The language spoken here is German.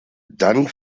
dann